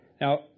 Now